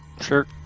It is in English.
Sure